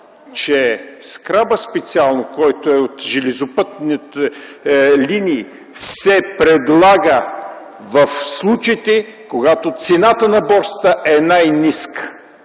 Че скрапът специално, който е от железопътните линии, се предлага в случаите, когато цената на борсата е най-ниска.